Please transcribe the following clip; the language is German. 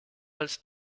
als